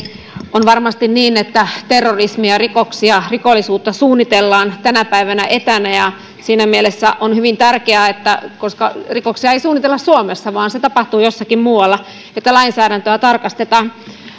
on varmasti niin että terrorismia ja rikollisuutta suunnitellaan tänä päivänä etänä ja siinä mielessä on hyvin tärkeää että koska rikoksia ei suunnitella suomessa vaan se tapahtuu jossakin muualla lainsäädäntöä tarkastetaan